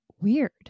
Weird